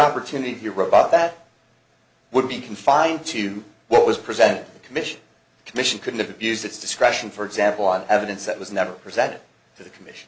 opportunity robot that would be confined to what was presented a commission commission could abused its discretion for example on evidence that was never presented to the commission